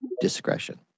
discretion